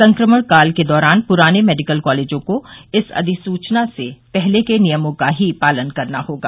संक्रमण काल के दौरान प्राने मेडिकल कॉलेजों को इस अधिसूचना से पहले के नियमों का ही पालन करना होगा